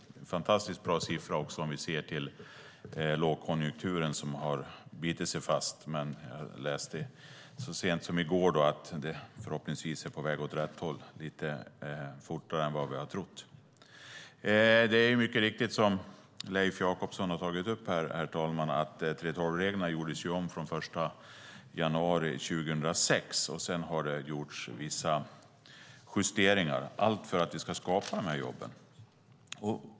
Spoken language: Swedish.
Det är en fantastiskt bra siffra också om vi ser till den lågkonjunktur som har bitit sig fast. Men jag läste så sent som i går att det förhoppningsvis är på väg åt rätt håll lite fortare än vad vi har trott. Det är mycket riktigt som Leif Jakobsson har tagit upp här, herr talman, att 3:12-reglerna gjordes om den 1 januari 2006. Sedan har det gjorts vissa justeringar, allt för att vi ska skapa de här jobben.